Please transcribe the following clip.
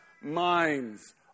minds